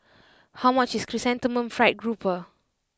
how much is Chrysanthemum Fried Grouper